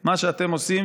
מה שאתם עושים,